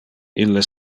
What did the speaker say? ille